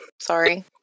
sorry